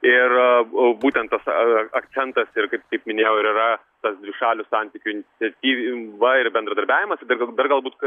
ir au būtent tas a akcentas ir kaip kaip minėjau ir yra tas dvišalių santykių iniciatyva ir bendradarbiavimas bet dar galbūt kad